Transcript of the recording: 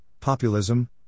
populism